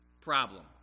problem